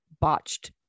botched